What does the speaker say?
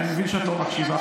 אני מבין שאת לא מקשיבה,